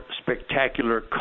spectacular